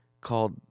called